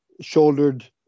shouldered